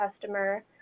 customer